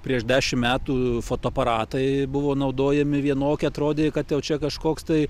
prieš dešim metų fotoaparatai buvo naudojami vienokie atrodė kad jaučia kažkoks tai